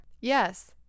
Yes